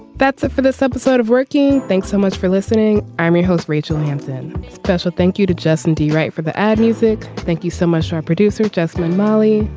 that's it for this episode of working. thanks so much for listening. i'm your host rachel hampson. special thank you to justin de right for the add music. thank you so much. our producer jasmine mali.